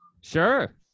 sure